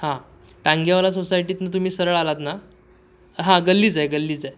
हां टांगेवाला सोसायटीतनं तुम्ही सरळ आलात ना हां गल्लीच आहे गल्लीच आहे